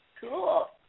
Cool